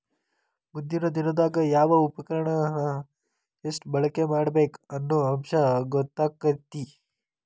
ಮುಂದಿನ ದಿನದಾಗ ಯಾವ ಉಪಕರಣಾನ ಎಷ್ಟ ಬಳಕೆ ಮಾಡಬೇಕ ಅನ್ನು ಅಂಶ ಗೊತ್ತಕ್ಕತಿ